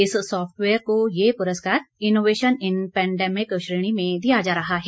इस सॉफ्टवेयर को यह पुरस्कार इनोवेशन इन पैंडेमिक श्रेणी में दिया जा रहा है